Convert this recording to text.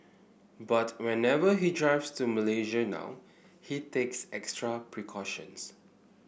but whenever he drives to Malaysia now he takes extra precautions